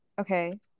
Okay